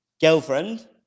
girlfriend